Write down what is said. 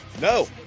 No